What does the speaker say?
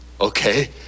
okay